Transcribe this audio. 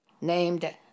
named